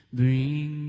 bring